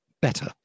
better